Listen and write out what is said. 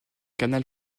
canal